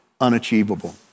unachievable